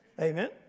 Amen